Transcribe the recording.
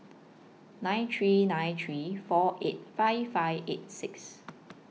nine three nine three four eight five five eight six